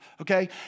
okay